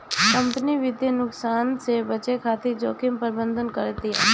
company वित्तीय नुकसान से बचे खातिर जोखिम प्रबंधन करतिया